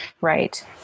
Right